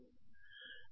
ವಿದ್ಯಾರ್ಥಿ ಅದು ಹೇಗೆ